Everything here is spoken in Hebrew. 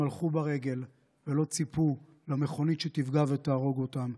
הלכו ברגל ולא ציפו למכונית שתפגע ותהרוג אותם,